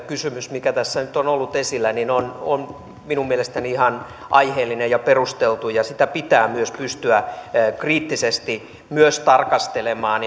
kysymys mikä tässä nyt on ollut esillä on on minun mielestäni ihan aiheellinen ja perusteltu ja sitä pitää myös pystyä kriittisesti tarkastelemaan